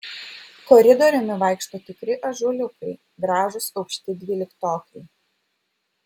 koridoriumi vaikšto tikri ąžuoliukai gražūs aukšti dvyliktokai